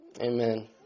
Amen